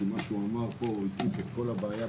כי במה שהוא אמר פה הוא הקיף את כל הבעיה.